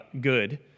good